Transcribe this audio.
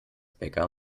bäcker